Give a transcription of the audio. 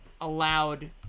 allowed